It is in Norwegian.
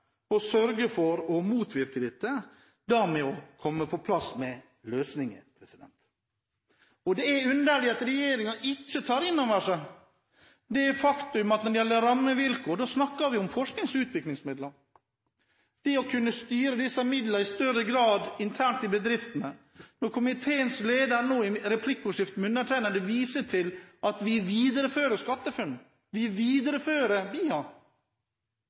å sørge for å motvirke dette ved å komme med løsninger. Det er underlig at regjeringen ikke tar inn over seg det faktum at når det gjelder rammevilkår, snakker vi om forsknings- og utviklingsmidler og det å kunne styre disse midlene i større grad internt i bedriftene. Når komiteens leder i replikkordskifte med undertegnede viser til at man viderefører SkatteFUNN, man viderefører BIA,